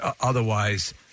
otherwise